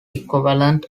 equivalent